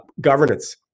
Governance